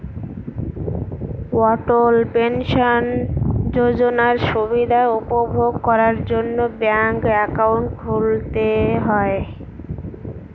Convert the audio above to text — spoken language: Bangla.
অটল পেনশন যোজনার সুবিধা উপভোগ করার জন্য ব্যাঙ্ক একাউন্ট খুলতে হয়